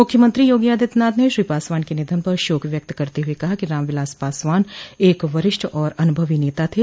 मुख्यमंत्री योगी आदित्यनाथ ने श्री पासवान के निधन पर शोक व्यक्त करते हुए कहा कि रामविलास पासवान एक वरिष्ठ और अनुभवी नेता थे